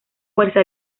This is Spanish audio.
fuerza